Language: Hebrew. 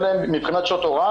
מבחינת שעות הוראה,